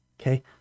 Okay